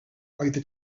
oeddet